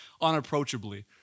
unapproachably